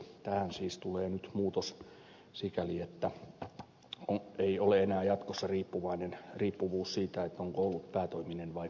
tähän siis tulee nyt muutos sikäli että ei ole enää jatkossa riippuvuus siitä onko ollut päätoiminen vai sivutoiminen